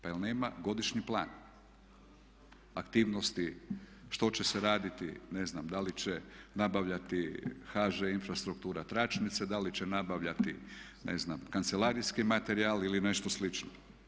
Pa jel' nema godišnji plan aktivnosti što će se raditi, ne znam da li će nabavljati HŽ Infrastruktura, tračnice da li će nabavljati, ne znam kancelarijski materijal ili nešto slično.